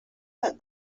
that